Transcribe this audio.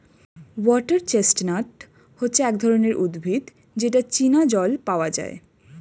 water chestnut হচ্ছে এক ধরনের উদ্ভিদ যেটা চীনা জল পাওয়া যায়